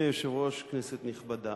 אדוני היושב-ראש, כנסת נכבדה,